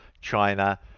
China